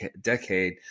decade